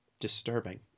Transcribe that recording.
disturbing